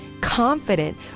confident